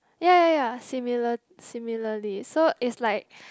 ya ya ya similar similarly so it's like